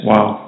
Wow